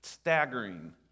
Staggering